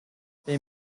they